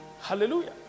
hallelujah